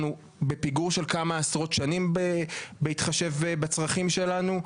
אנחנו בפיגור של כמה עשרות שנים בהתחשב בצרכים שלנו.